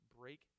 break